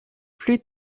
plus